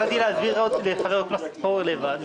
רציתי להסביר לחבר הכנסת פורר לבד.